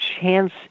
chance